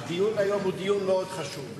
הדיון היום הוא דיון מאוד חשוב,